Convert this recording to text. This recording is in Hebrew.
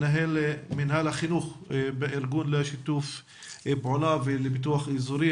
מנהל מינהל החינוך בארגון לשיתוף פעולה ולפיתוח אזורי,